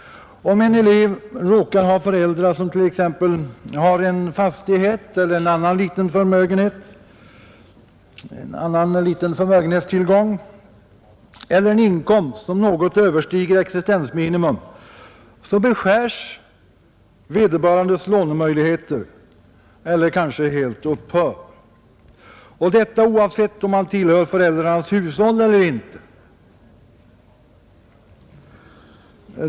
Om en elev råkar ha föräldrar som t.ex. har en fastighet eller en annan liten förmögenhetstillgång eller en inkomst som något överstiger existensminimum, så beskärs eller upphör vederbörandes lånemöjligheter, och detta oavsett om han tillhör föräldrarnas hushåll eller inte.